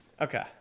Okay